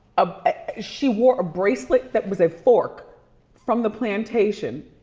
ah she wore a bracelet that was a fork from the plantation.